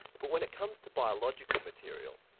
but when it comes to biological material,